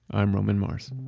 i'm roman mars.